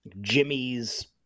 Jimmy's